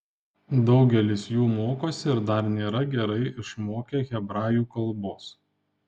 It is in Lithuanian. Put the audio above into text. daugelis jų mokosi ir dar nėra gerai išmokę hebrajų kalbos